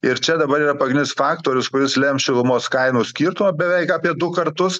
ir čia dabar yra pagrindinis faktorius kuris lems šilumos kainų skirtumą beveik apie du kartus